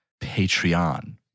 Patreon